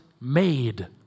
made